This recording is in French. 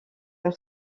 par